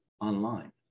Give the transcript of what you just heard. online